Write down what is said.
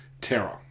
terror